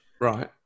right